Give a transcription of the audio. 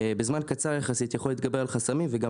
בזמן קצר יחסית יכול להתגבר על חסמים וגם